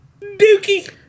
Dookie